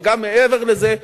וגם מעבר לזה,